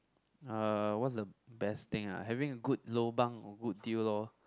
uh what's the best thing ah having good lobang or good deal lor